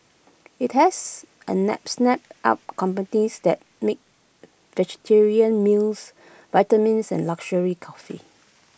IT has snapped up companies that make vegetarian meals vitamins and luxury coffee